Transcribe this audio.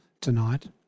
tonight